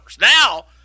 Now